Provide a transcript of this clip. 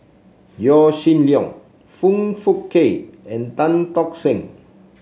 Yaw Shin Leong Foong Fook Kay and Tan Tock Seng